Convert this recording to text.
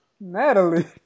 natalie